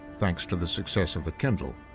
thanks to the success of the kindle.